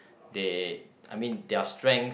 they I mean their strengths